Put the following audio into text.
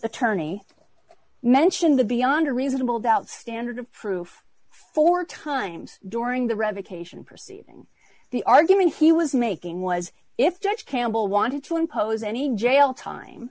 attorney mentioned the beyond a reasonable doubt standard of proof four times during the revocation proceeding the argument he was making was if judge campbell wanted to impose any jail time